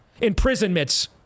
imprisonments